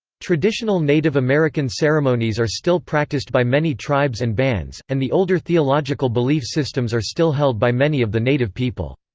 traditional native american ceremonies are still practiced by many tribes and bands, and the older theological belief systems are still held by many of the native people.